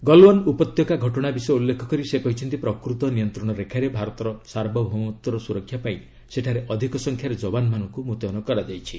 ଗଲୱ୍ୱାନ ଉପତ୍ୟକା ଘଟଣା ବିଷୟ ଉଲ୍ଲେଖ କରି ସେ କହିଛନ୍ତି ପ୍ରକୃତ ନିୟନ୍ତ୍ରଣ ରେଖାରେ ଭାରତର ସାର୍ବଭୌମତ୍ୱର ସୁରକ୍ଷା ପାଇଁ ସେଠାରେ ଅଧିକ ସଂଖ୍ୟାରେ ଜବାନମାନଙ୍କୁ ମୁତୟନ କରାଯାଇଛି